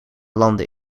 landen